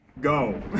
Go